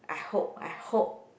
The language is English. I hope I hope